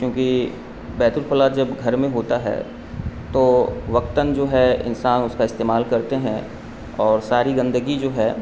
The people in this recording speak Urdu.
کیونکہ بیت الخلاء جب گھر میں ہوتا ہے تو وقتاً جو ہے انسان اس کا استعمال کرتے ہیں اور ساری گندگی جو ہے